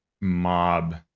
mob